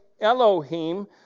Elohim